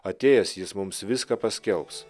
atėjęs jis mums viską paskelbs